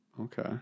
Okay